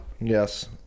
Yes